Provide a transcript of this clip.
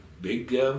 big